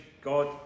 God